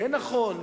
כן נכון,